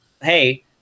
hey